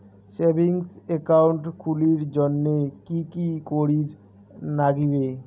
Savings account খুলির জন্যে কি কি করির নাগিবে?